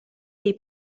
dei